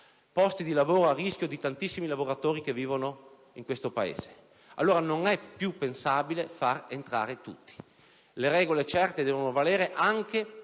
posti di lavoro a rischio di tantissimi lavoratori che vivono in Italia. Allora non è più pensabile far entrare tutti. Le regole certe devono valere anche